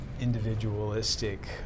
individualistic